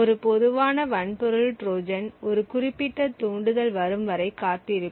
ஒரு பொதுவான வன்பொருள் ட்ரோஜன் ஒரு குறிப்பிட்ட தூண்டுதல் வரும் வரை காத்திருக்கும்